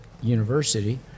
University